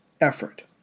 effort